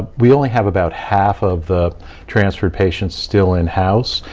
we only have about half of the transfer patients still in-house,